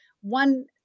one